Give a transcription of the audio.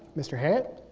mister haggit,